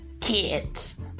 kids